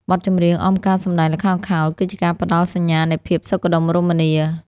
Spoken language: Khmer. បទចម្រៀងអមការសម្ដែងល្ខោនខោល គឺជាការផ្ដល់សញ្ញានៃភាពសុខដុមរមនា។